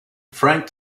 frank